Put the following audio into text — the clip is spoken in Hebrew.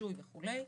רישוי וכולי,